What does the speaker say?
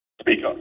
Speaker